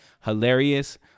hilarious